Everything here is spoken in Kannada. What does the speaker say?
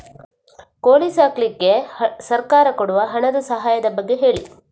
ಕೋಳಿ ಸಾಕ್ಲಿಕ್ಕೆ ಸರ್ಕಾರ ಕೊಡುವ ಹಣದ ಸಹಾಯದ ಬಗ್ಗೆ ಹೇಳಿ